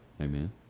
Amen